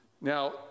Now